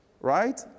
right